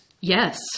Yes